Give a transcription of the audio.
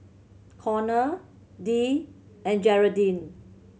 Connor Dee and Jeraldine